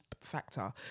factor